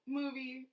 movie